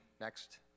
next